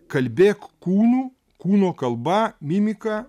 kalbėk kūnu kūno kalba mimika